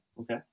okay